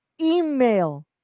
Email